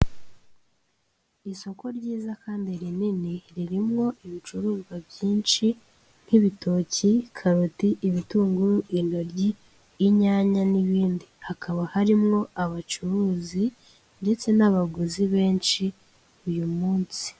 Isoko ryiza kandi rinini, ririmo ibicuruzwa byinshi nk'ibitoki, kabati, ibitunguru, intoryi, inyanya n'ibindi, hakaba harimo abacuruzi ndetse n'abaguzi benshi uyu munsi.